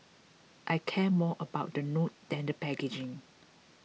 I care more about the note than the packaging